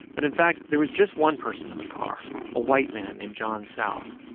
but in fact, there was just one person in the car a white man named john south.